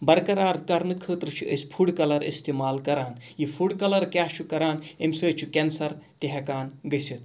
برقرار کرنہٕ خٲطرٕ چھِ أسۍ فُڈ کَلَر استعمال کَران یہِ فُڈ کَلَر کیاہ چھُ کَران امہِ سۭتۍ چھُ کٮ۪نسَر تہِ ہٮ۪کان گٔژھِتھ